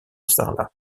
sarlat